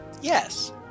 Yes